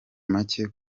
make